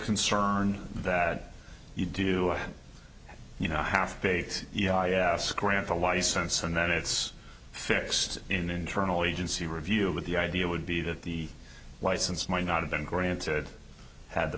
concern that you do you know half baked yeah scram for a license and then it's fixed in an internal agency review but the idea would be that the license might not have been granted had the